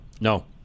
No